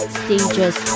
stages